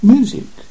Music